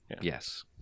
Yes